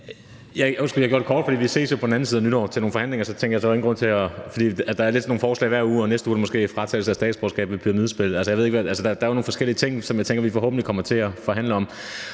Jeg gør det kort, for vi ses jo på den anden side af nytår til nogle forhandlinger – så jeg tænker, at så er der ingen grund til mere. For der er lidt sådan nogle forslag hvert år, og næste gang er det måske om fratagelse af statsborgerskabet ved pyramidespil. Altså, der er jo nogle forskellige ting, som jeg tænker at vi forhåbentlig kommer til at forhandle om.